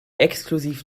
exklusiv